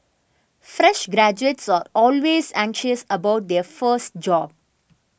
fresh graduates are always anxious about their first job